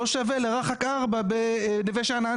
לא שווה לרח"ק 4 בנווה שאנן.